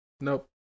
Nope